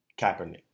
Kaepernick